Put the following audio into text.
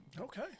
Okay